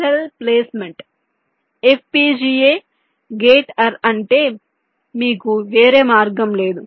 cell placement FPGA gate array అంటే మీకు వేరే మార్గం లేదు